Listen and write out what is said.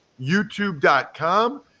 youtube.com